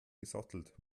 gesattelt